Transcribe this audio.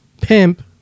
pimp